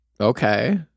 Okay